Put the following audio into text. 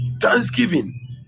thanksgiving